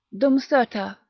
dum serta,